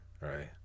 right